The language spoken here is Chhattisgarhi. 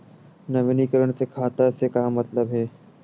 नवीनीकरण से खाता से का मतलब हे?